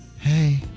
Hey